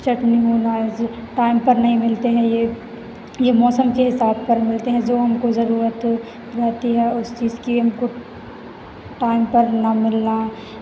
चटनी होना जो दुकान पर नहीं मिलते हैं यह यह मौसम के हिसाब पर मिलते हैं जो हमको ज़रूरत रहती है उस चीज़ की हमको टाइम पर ना मिलना